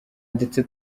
ndetse